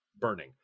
burning